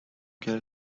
تیزی